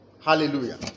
Hallelujah